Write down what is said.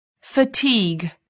fatigue